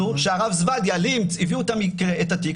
שהרב זבדיה --- הביאו את התיק,